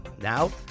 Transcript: Now